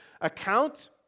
account